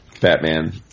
Batman